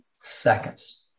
seconds